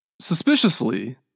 Suspiciously